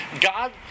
God